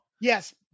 Yes